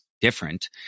different